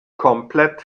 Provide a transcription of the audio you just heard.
komplett